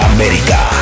America